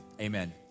amen